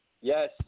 Yes